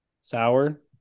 sour